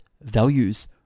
values